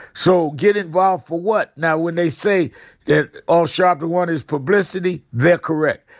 so get involved for what? now when they say that all sharpton want is publicity, they're correct.